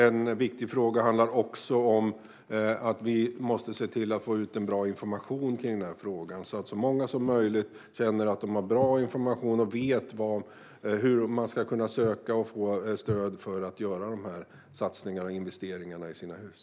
En viktig fråga handlar också om att vi måste få ut så bra information som möjligt, så att så många som möjligt känner att de har bra information och vet hur de ska söka och få stöd för att göra dessa investeringar i sina hus.